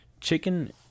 chicken